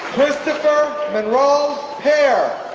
christopher menral pair